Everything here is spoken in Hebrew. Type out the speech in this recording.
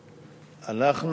נתקבלה.